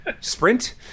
sprint